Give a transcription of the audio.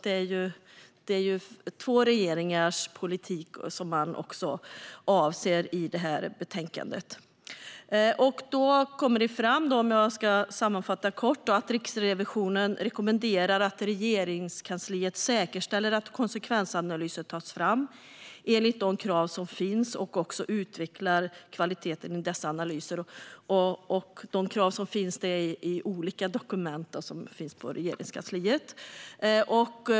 Det är alltså två regeringars politik som betänkandet berör. Det som kommer fram är, om jag ska sammanfatta det kort, att Riksrevisionen rekommenderar att Regeringskansliet säkerställer att konsekvensanalyser tas fram enligt de krav som finns och också utvecklar kvaliteten i dessa analyser. Dessa krav finns i olika dokument på Regeringskansliet.